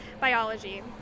biology